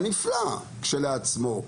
הנפלא, כשלעצמו,